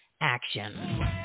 action